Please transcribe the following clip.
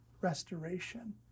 restoration